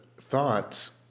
thoughts